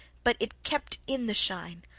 but it kept in the shine.